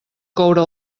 coure